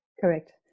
correct